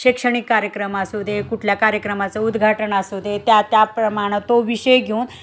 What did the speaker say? शैक्षणिक कार्यक्रम असू दे कुठल्या कार्यक्रमाचं उद्घाटन असू दे त्या त्याप्रमाण तो विषयी घेऊन